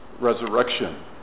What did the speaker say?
resurrection